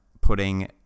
putting